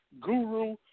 guru